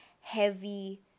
heavy